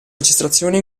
registrazioni